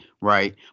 right